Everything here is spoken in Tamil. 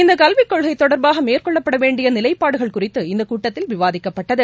இந்த கல்விக் கொள்கை தொடர்பாக மேற்கொள்ளப்பட வேண்டிய நிலைப்பாடுகள் குறித்து இந்த கூட்டத்தில் விவாதிக்கப்பட்டது